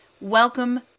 Welcome